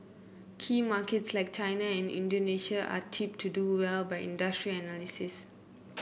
key markets like China and Indonesia are tipped to do well by industry analysts